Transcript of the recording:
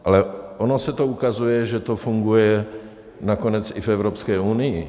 Ale ono se ukazuje, že to funguje nakonec i v Evropské unii.